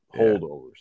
holdovers